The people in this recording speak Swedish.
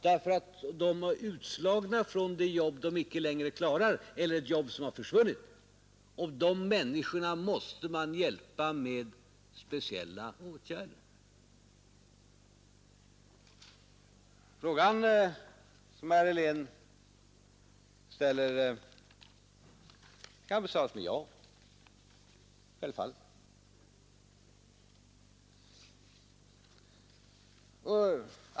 De som är utslagna från ett jobb de icke längre klarar eller ett jobb som har försvunnit måste hjälpas med speciella åtgärder. Den fråga som herr Helén ställer kan besvaras med ja.